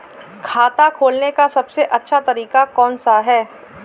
खाता खोलने का सबसे अच्छा तरीका कौन सा है?